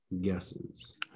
guesses